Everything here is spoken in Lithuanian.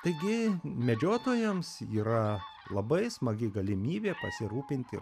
taigi medžiotojams yra labai smagi galimybė pasirūpinti